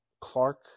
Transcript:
Clark